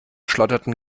schlotterten